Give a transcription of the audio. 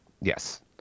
yes